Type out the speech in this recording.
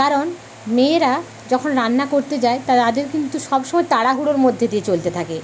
কারণ মেয়েরা যখন রান্না করতে যায় তার আগে কিন্তু সবসময় তাড়াহুড়োর মধ্যে দিয়ে চলতে থাকে